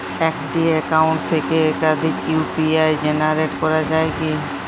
একটি অ্যাকাউন্ট থেকে একাধিক ইউ.পি.আই জেনারেট করা যায় কি?